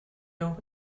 nhw